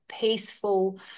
peaceful